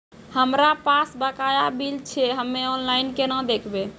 हमरा पास बकाया बिल छै हम्मे ऑनलाइन केना देखबै?